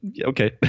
okay